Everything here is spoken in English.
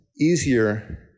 Easier